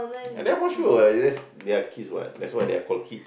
uh that's for sure what they're just they are kids what that's why they're called kids